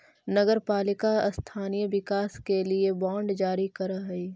नगर पालिका स्थानीय विकास के लिए बांड जारी करऽ हई